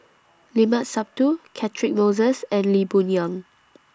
Limat Sabtu Catchick Moses and Lee Boon Yang